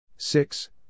Six